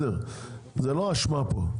זה לא האשמה פה,